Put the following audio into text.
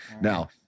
Now